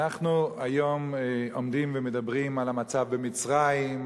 אנחנו היום עומדים ומדברים על המצב במצרים,